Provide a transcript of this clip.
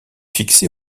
fixé